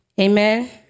Amen